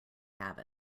have